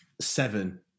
seven